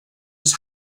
his